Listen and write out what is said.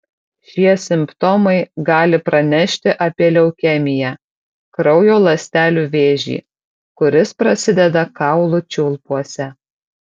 šie simptomai gali pranešti apie leukemiją kraujo ląstelių vėžį kuris prasideda kaulų čiulpuose